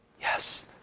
yes